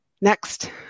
Next